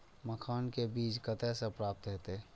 मखान के बीज कते से प्राप्त हैते?